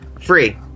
free